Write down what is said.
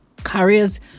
Carriers